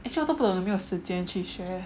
actually 我都不懂有没有时间去学